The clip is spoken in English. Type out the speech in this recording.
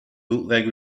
bootleg